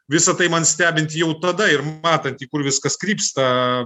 visa tai man stebint jau tada ir matant į kur viskas krypsta